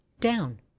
down